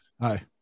hi